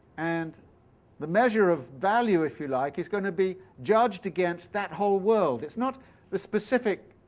and the measure of value, if you like, is going to be judged against that whole world, it's not the specific